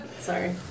Sorry